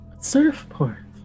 Surfboard